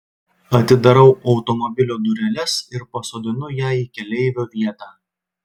atidarau automobilio dureles ir pasodinu ją į keleivio vietą